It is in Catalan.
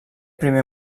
primer